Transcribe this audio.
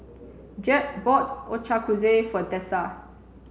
Jed bought Ochazuke for Dessa